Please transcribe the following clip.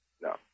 No